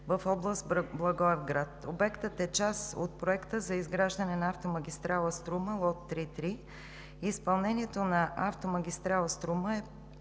в област Благоевград. Обектът е част от проекта за изграждане на автомагистрала „Струма“ лот 3.3. Изпълнението на автомагистрала „Струма“